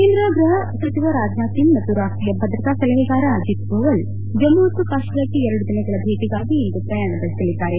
ಕೇಂದ್ರ ಗೃಹ ಸಚಿವ ರಾಜನಾಥ್ ಸಿಂಗ್ ಮತ್ತು ರಾಷ್ಷೀಯ ಭದ್ರತಾ ಸಲಹೆಗಾರ ಅಜಿತ್ ಧೋವಲ್ ಜಮ್ನು ಮತ್ತು ಕಾಶ್ಮೀರಕ್ಷೆ ಎರಡು ದಿನಗಳ ಭೇಟಗಾಗಿ ಇಂದು ಪ್ರಯಾಣ ಬೆಳಸಲಿದ್ದಾರೆ